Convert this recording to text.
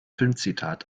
filmzitat